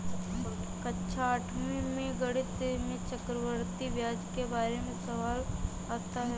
कक्षा आठवीं में गणित में चक्रवर्ती ब्याज के बारे में सवाल आता है